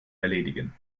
erledigen